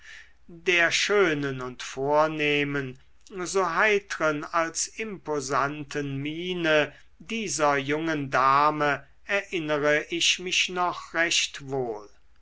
der schönen und vornehmen so heitren als imposanten miene dieser jungen dame erinnere ich mich noch recht wohl